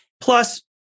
Plus